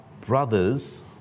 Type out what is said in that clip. brothers